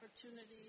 opportunities